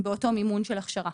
באותו מימון של הכשרה.